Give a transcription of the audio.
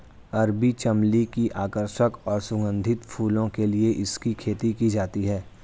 अरबी चमली की आकर्षक और सुगंधित फूलों के लिए इसकी खेती की जाती है